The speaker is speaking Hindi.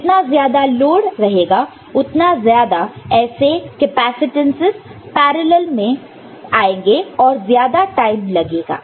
जितना ज्यादा लोड रहेगा उतना ज्यादा ऐसे कैपेसिटरस पैरॅलल् में आएंगे और ज्यादा टाइम लगेगा